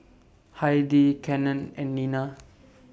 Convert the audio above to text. Heidi Cannon and Nina